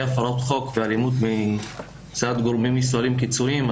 הפרת חוק ואלימות מצד גורמים ישראלים קיצונים,